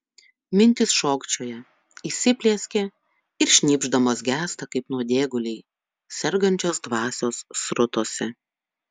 mintys šokčioja įsiplieskia ir šnypšdamos gęsta kaip nuodėguliai sergančios dvasios srutose